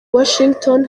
washington